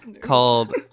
called